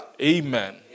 Amen